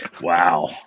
Wow